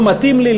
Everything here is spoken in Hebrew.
לא מתאים לי,